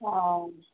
आ